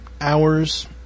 hours